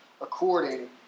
according